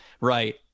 right